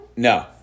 No